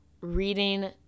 reading